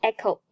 Echo